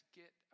get